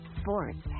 sports